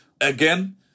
again